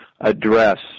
address